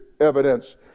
evidence